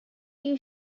you